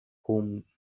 whom